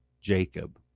Jacob